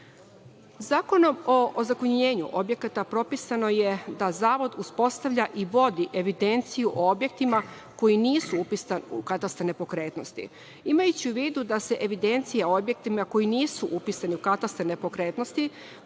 o ozakonjenju objekata propisano je da zavod uspostavlja i vodi evidenciju o objektima koji nisu upisani u katastar nepokretnosti. Imajući u vidu da se evidencija o objektima koji nisu upisani u katastar nepokretnosti,